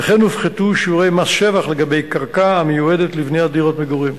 וכן הופחתו שיעורי מס שבח לגבי קרקע המיועדת לבניית דירות מגורים.